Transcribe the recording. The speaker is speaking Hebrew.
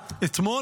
אתמול,